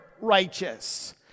righteous